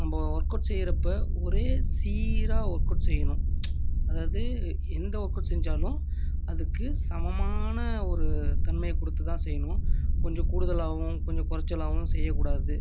நம்ம ஒர்க்அவுட் செய்யிறப்போ ஒரே சீராக ஒர்க்அவுட் செய்யணும் அதாது எந்த ஒர்க்அவுட் செஞ்சாலும் அதுக்கு சமமான ஒரு தன்மையக் கொடுத்து தான் செய்யணும் கொஞ்சம் கூடுதலாகவும் கொஞ்சம் குறச்சலாவும் செய்யக் கூடாது